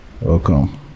welcome